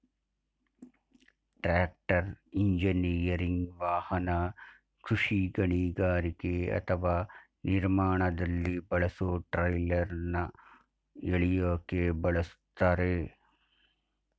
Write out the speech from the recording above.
tractor engineering ವಾಹನ ಕೃಷಿ ಗಣಿಗಾರಿಕೆ ಅಥವಾ ನಿರ್ಮಾಣದಲ್ಲಿ ಬಳಸೊ ಟ್ರೈಲರ್ನ ಎಳ್ಯೋಕೆ ಬಳುಸ್ತರೆ